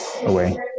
away